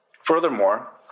Furthermore